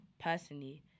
personally